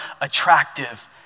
attractive